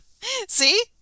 See